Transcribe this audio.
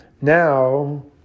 now